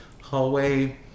hallway